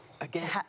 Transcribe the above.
Again